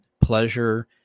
pleasure